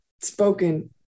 spoken